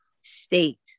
state